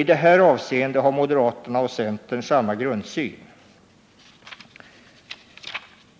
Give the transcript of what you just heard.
I detta avseende har moderater och centerpartister samma grundsyn.